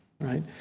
right